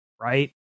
Right